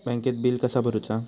बँकेत बिल कसा भरुचा?